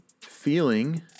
feeling